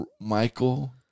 Michael